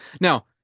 Now